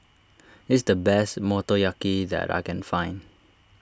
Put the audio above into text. is the best Motoyaki that I can find